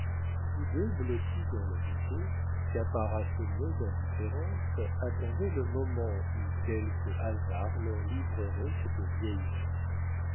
tous deux blottis dans leur idée caparaçonnés d'indifférence attendaient le moment où quelque hasard leur livrerait cette vieille fille